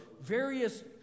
various